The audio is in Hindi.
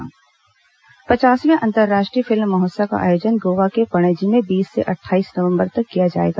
अंतर्राष्ट्रीय फिल्म महोत्सव पचासवें अंतर्राष्ट्रीय फिल्म महोत्सव का आयोजन गोवा के पणजी में बीस से अट्ठाईस नवम्बर तक किया जाएगा